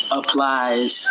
applies